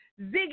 Ziggy